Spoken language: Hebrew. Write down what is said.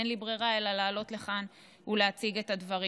אין לי ברירה אלא לעלות לכאן ולהציג את הדברים.